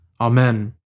Amen